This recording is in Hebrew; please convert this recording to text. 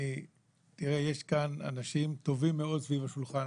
יש כאן אנשים טובים מאוד סביב השולחן,